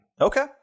Okay